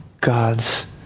God's